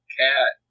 cat